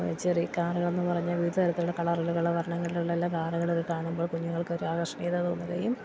ചെറിയ കാറുകൾ എന്ന് പറഞ്ഞാൽ വിവിധ തരത്തിലുള്ള കളറുകൾ വർണ്ണങ്ങളിലുള്ള എല്ലാ കാറുകൾ കാണുമ്പോൾ കുഞ്ഞുങ്ങൾക്ക് ഒരു ആകർഷണീയത തോന്നുകയും